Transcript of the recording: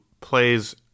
plays